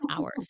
hours